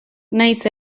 nahiz